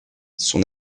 son